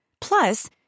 Plus